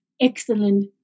excellent